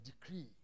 decree